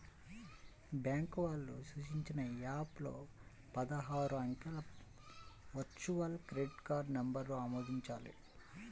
bank వాళ్ళు సూచించిన app లో పదహారు అంకెల వర్చువల్ క్రెడిట్ కార్డ్ నంబర్ను ఆమోదించాలి